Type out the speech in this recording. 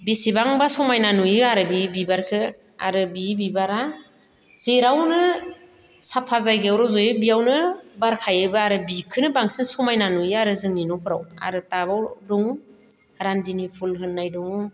बिसिबांबा समायना नुयो आरो बि बिबारखो आरो बि बिबारा जिरावनो साफा जायगायाव रज'यो बेयावनो बारखायोबो आरखि बिखोनो बांसिन समायना नुयो आरो जोंनि न'फोराव आरो थाबाव दङ रान्दिनि फुल होननाय दङ